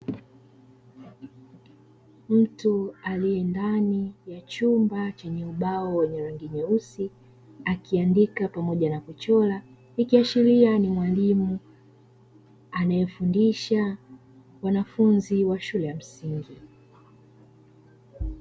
Mtu aliye ndani ya chumba chenye ubao wenye rangi nyeusi, akiandika pamoja na kuchora. Ikiashiria ni mwalimu anayefundisha wanafunzi wa shule ya msingi.